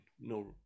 no